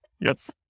Yes